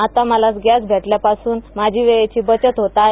आता मला गैंस भेटल्यापासून माझी बेळेची बचत होत आहे